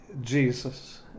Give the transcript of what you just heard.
Jesus